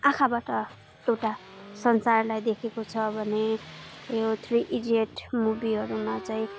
आँखाबाट एउटा संसारलाई देखेको छ भने यो थ्री इडियट्स मुभीहरूमा चाहिँ